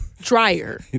Dryer